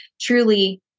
truly